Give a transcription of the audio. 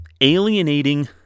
alienating